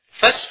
first